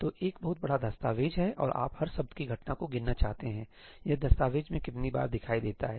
तो एक बहुत बड़ा दस्तावेज है और आप हर शब्द की घटना को गिनना चाहते हैंसही यह दस्तावेज़ में कितनी बार दिखाई देता है